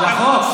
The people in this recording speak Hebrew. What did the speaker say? עכשיו לחוק.